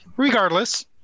Regardless